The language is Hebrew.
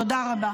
תודה רבה.